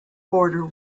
border